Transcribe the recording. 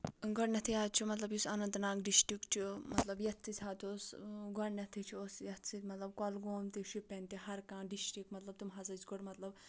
گۄڈٕنٮ۪تھٕے حظ چھُ مطلب یُس اَننت ناگ ڈِسٹرک چھُ مطلب گۄڈٕنٮ۪تھٕے اوس یَتھ سۭتۍ مطلب کۄلگوم تہِ شُپین مطلب ہَر کانٛہہ ڈِسٹرکٹ مطلب تِم ہسا ٲسۍ گۄڈٕ مطلب